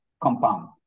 compound